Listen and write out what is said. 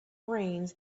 brains